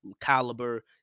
caliber